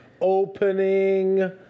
opening